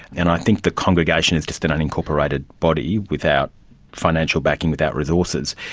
and i think the congregation is just an unincorporated body without financial backing, without resources.